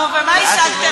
נו, ומה השגתם בזה?